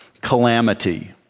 calamity